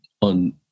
on